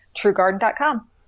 TrueGarden.com